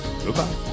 Goodbye